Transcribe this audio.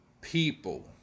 people